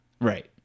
Right